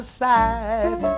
side